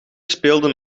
speelden